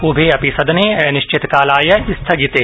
उभे अपि सदने अनिश्चितकालायस्थगिते